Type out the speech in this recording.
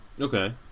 Okay